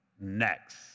next